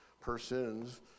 persons